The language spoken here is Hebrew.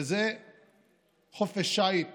וזה חופש שיט